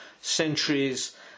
centuries